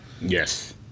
yes